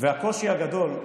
הקושי הגדול,